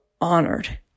honored